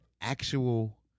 actual